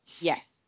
yes